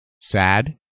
Sad